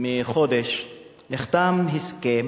פחות מחודש, נחתם הסכם